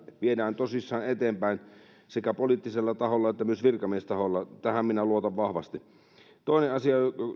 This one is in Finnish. viedään tosissaan eteenpäin sekä poliittisella taholla että myös virkamiestaholla tähän minä luotan vahvasti toinen asia